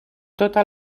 tota